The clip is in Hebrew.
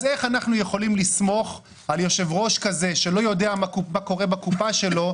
אז איך אנחנו יכולים לסמוך על יושב-ראש כזה שלא יודע מה קורה בקופה שלו,